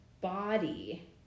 body